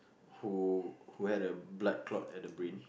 who who had a blood clot at the brain